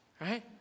Right